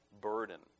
burden